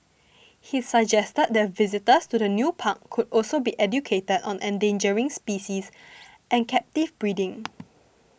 he suggested that visitors to the new park could also be educated on endangering species and captive breeding